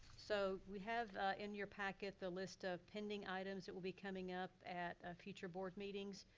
so, we have in your packet the list of pending items that will be coming up at ah future board meetings.